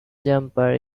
jumper